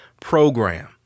program